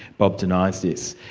bob denies this.